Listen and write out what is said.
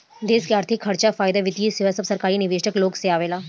देश के अर्थिक खर्चा, फायदा, वित्तीय सेवा सब सरकारी निवेशक लोग से आवेला